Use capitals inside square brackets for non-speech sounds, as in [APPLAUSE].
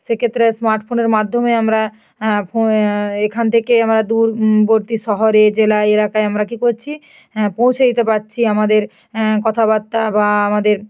সেক্ষেত্রে স্মার্ট ফোনের মাধ্যমে আমরা [UNINTELLIGIBLE] এখান থেকে আমরা দূর বর্তী শহরে জেলায় এলাকায় আমরা কি করছি পৌঁছে দিতে পারছি আমাদের কথাবার্তা বা আমাদের